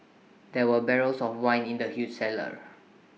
there were barrels of wine in the huge cellar